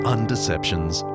Undeceptions